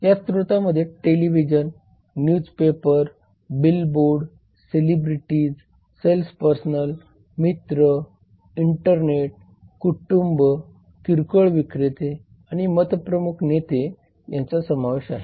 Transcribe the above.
या स्त्रोतांमध्ये television newspaper billboard celebrities salesperson मित्र इंटरनेट कुटुंब किरकोळ विक्रेते आणि मतप्रमुख नेते यांचा समावेश आहे